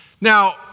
Now